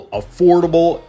affordable